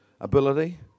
ability